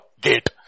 gate